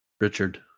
Richard